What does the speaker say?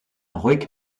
ruhig